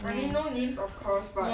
I mean no names of course but